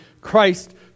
Christ